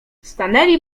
stanęli